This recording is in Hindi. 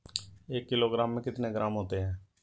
एक किलोग्राम में कितने ग्राम होते हैं?